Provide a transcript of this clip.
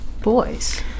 boys